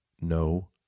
No